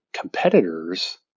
competitors